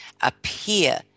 appear